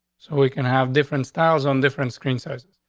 so we can have different styles on different screen sizes.